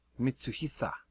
Mitsuhisa